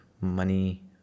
Money